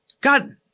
God